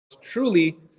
truly